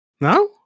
No